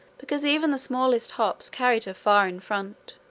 because even the smallest hops carried her far in front.